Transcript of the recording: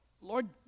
lord